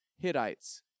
Hittites